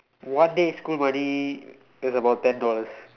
one day school money is about ten dollars